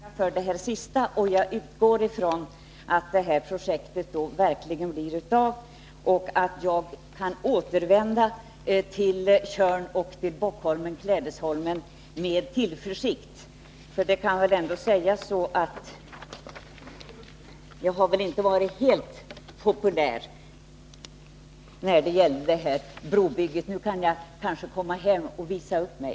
Herr talman! Jag får tacka för det sista uttalandet och jag utgår då ifrån att projektet verkligen blir av och att jag kan återvända till Tjörn och till Bockholmen och Klädesholmen med tillförsikt. Det kan väl ändå sägas att jag inte har varit helt populär när det gäller det här brobygget. Men nu kan jag kanske komma hem och visa upp mig.